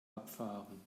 abfahren